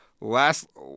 Last